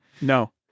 no